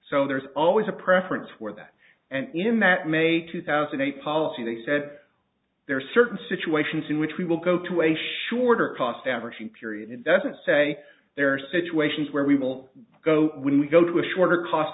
so there's always a preference for that and in that may two thousand a policy they said there are certain situations in which we will go to a shorter cost averaging period it doesn't say there are situations where we will go when we go to a shorter cost